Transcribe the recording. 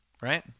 right